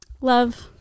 love